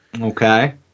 Okay